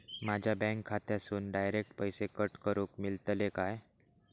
माझ्या बँक खात्यासून डायरेक्ट पैसे कट करूक मेलतले काय?